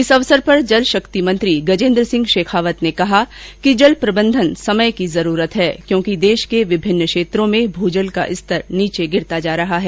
इस अवसर पर जल शक्ति मंत्री गजेन्द्र सिंह शेखावत ने कहा कि जल प्रबंधन समय की जरूरत है क्योंकि देश के विभिन्न क्षेत्रों में भूजल का स्तर नीचे गिरता जा रहा है